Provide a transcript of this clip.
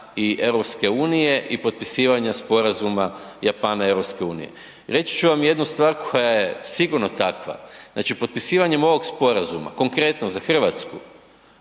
i EU i potpisivanja Sporazuma Japana-EU. Reći ću vam jednu stvar koja je sigurno takva, znači potpisivanjem ovog sporazuma konkretno za Hrvatsku